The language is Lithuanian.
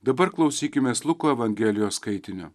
dabar klausykimės luko evangelijos skaitinio